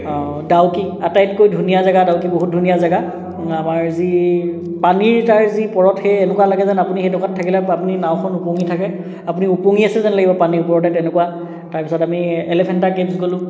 ডাউকি আটাইতকৈ ধুনীয়া জেগা ডাউকি বহুত ধুনীয়া জেগা আমাৰ যি পানীৰ তাৰ যি ওপৰত সেই এনেকুৱা লাগে যেন আপুনি সেইডোখৰত থাকিলে পানীত নাওখন উপঙি থাকে আপুনি উপঙি আছে যেন লাগিব পানীৰ ওপৰতে তেনেকুৱা তাৰপিছত আমি এলিফেণ্টা কেভ্ছ গ'লোঁ